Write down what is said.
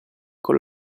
con